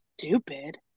stupid